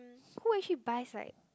who will she buys right